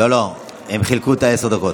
הם חילקו את עשר הדקות.